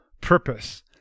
purpose